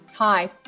Hi